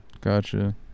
gotcha